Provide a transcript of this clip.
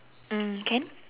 mm can